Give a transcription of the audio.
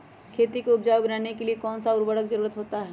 खेती को उपजाऊ बनाने के लिए कौन कौन सा उर्वरक जरुरत होता हैं?